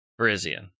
Brizian